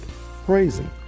Praising